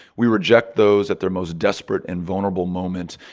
we reject those at their most desperate and vulnerable moments.